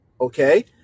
okay